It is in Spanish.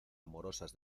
amorosas